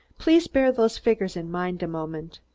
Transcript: please bear those figures in mind a moment.